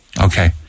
Okay